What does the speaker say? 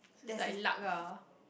it's like luck ah